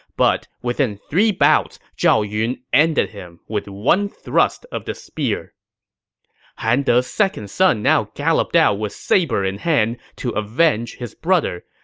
but within three bouts, zhao yun ended him with one thrust of the spear han de's second son now galloped out with saber in hand to avenge his brother.